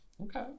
Okay